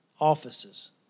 offices